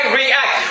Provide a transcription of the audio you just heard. react